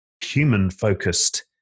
human-focused